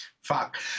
Fuck